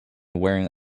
wearing